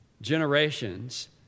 generations